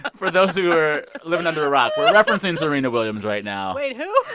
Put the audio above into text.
for those who are living under a rock, we're referencing serena williams right now wait, who?